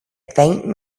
faint